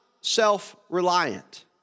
self-reliant